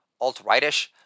alt-rightish